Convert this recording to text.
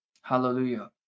Hallelujah